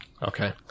Okay